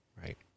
Right